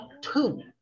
two